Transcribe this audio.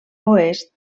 oest